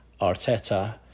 Arteta